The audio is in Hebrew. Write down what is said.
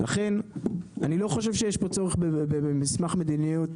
לכן אני לא חושב שיש פה צורך במסמך מדיניות